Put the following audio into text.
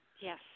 Yes